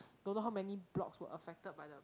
don't know how many blocks were affected by the